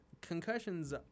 concussions